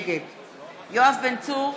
נגד יואב בן צור,